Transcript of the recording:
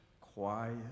quiet